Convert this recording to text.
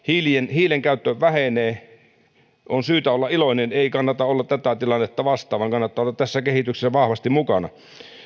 hiilenkäyttö vähenee on syytä olla iloinen ei kannata olla tätä tilannetta vastaan vaan kannattaa olla tässä kehityksessä vahvasti mukana